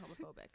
homophobic